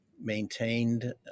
maintained